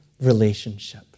relationship